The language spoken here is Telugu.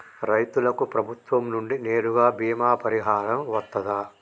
రైతులకు ప్రభుత్వం నుండి నేరుగా బీమా పరిహారం వత్తదా?